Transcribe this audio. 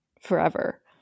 forever